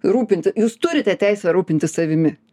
rūpinti jūs turite teisę rūpintis savimi